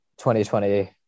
2020